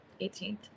18th